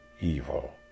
evil